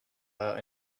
out